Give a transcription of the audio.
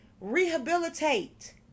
Rehabilitate